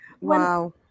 wow